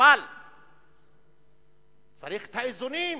אבל צריך את האיזונים.